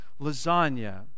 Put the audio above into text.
lasagna